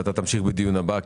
ותמשיך בדיון הבא,